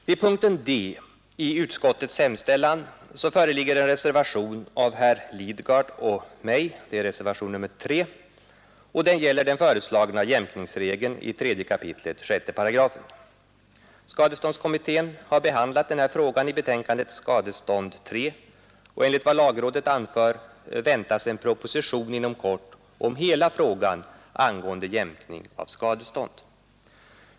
Vid punkten D i utskottets hemställan föreligger en reservation av herr Lidgard och mig — det är reservationen 3. Den gäller den föreslagna jämkningsregeln i 3 kap. 6 §. Skadeståndskommittén har behandlat denna fråga i betänkandet ”Skadestånd III”, och enligt vad lagrådet anför väntas en proposition inom kort om hela frågan angående jämkning av skadestånd.